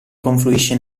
confluisce